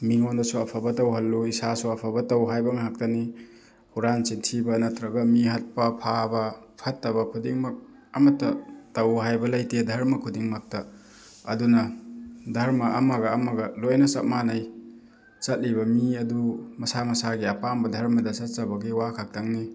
ꯃꯤꯉꯣꯟꯗꯁꯨ ꯑꯐꯕ ꯇꯧꯍꯜꯂꯨ ꯏꯁꯥꯁꯨ ꯑꯐꯥꯕ ꯇꯨ ꯍꯥꯏꯕ ꯉꯥꯛꯇꯅꯤ ꯍꯨꯔꯥꯟ ꯆꯤꯟꯊꯤꯕ ꯅꯠꯇ꯭ꯔꯒ ꯃꯤ ꯍꯥꯠꯄ ꯐꯥꯕ ꯐꯠꯇꯕ ꯈꯨꯗꯤꯡꯃꯛ ꯑꯃꯇ ꯇꯧ ꯍꯥꯏꯕ ꯂꯩꯇꯦ ꯗꯔꯃ ꯈꯨꯗꯤꯡꯃꯛꯇ ꯑꯗꯨꯅ ꯗꯔꯃ ꯑꯃꯒ ꯑꯃꯒ ꯂꯣꯏꯅ ꯆꯞ ꯃꯥꯟꯅꯩ ꯆꯠꯂꯤꯕ ꯃꯤ ꯑꯗꯨ ꯃꯁꯥ ꯃꯁꯥꯒꯤ ꯑꯄꯥꯝꯕ ꯗꯔꯃꯗ ꯆꯠꯆꯕꯒꯤ ꯋꯥ ꯈꯛꯇꯪꯅꯤ